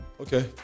Okay